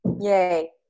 Yay